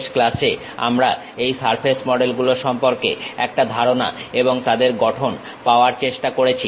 শেষ ক্লাসে আমরা এই সারফেস মডেল গুলো সম্পর্কে একটা ধারণা এবং তাদের গঠন পাওয়ার চেষ্টা করেছি